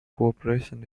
cooperation